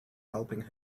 helping